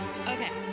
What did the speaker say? Okay